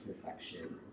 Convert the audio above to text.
perfection